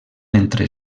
entre